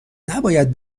نباید